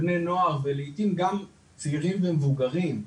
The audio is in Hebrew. בני נוער ולעיתים גם צעירים ומבוגרים,